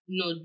no